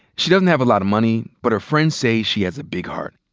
she doesn't have a lot of money. but her friends say she has a big heart,